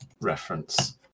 reference